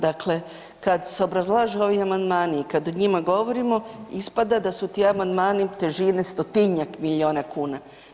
Dakle, kada se obrazlažu ovi amandmani i kada o njima govorima ispada da su ti amandmani težine stotinjak milijuna kuna.